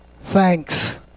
thanks